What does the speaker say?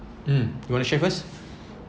mm you wanna share first